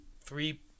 three